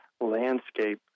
landscape